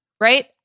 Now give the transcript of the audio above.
right